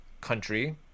country